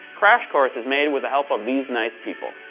crash course is made with the help of these nice people.